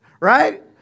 Right